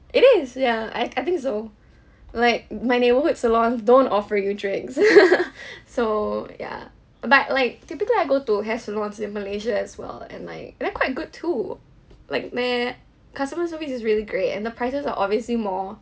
it is ya I I think so like my neighbourhood salon don't offer your drinks so ya but like typically I go to hair salons in malaysia as well and like they're quite good too like meh customer service is really great and the prices are obviously more